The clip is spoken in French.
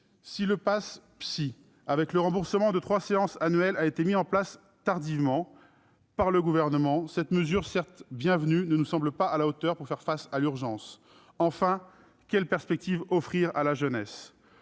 chèque psy », avec le remboursement de trois séances annuelles, a été mis en place, tardivement, par le Gouvernement, cette mesure, certes bienvenue, ne nous semble pas à la hauteur pour faire face à l'urgence. Enfin, quelles perspectives offrir à la jeunesse ?